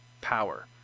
power